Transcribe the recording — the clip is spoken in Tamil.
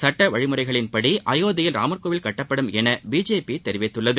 சட்ட வழிமுறைகளின்படி அயோத்தியில் ராமர் கோவில் கட்டப்படும் என பிஜேபி தெரிவித்துள்ளது